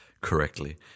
correctly